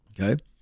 Okay